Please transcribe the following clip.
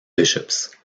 bishops